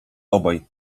obaj